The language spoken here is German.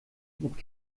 mit